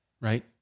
right